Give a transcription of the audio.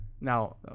Now